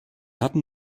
hatten